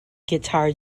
guitar